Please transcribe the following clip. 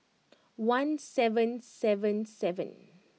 one seven seven seven